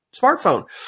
smartphone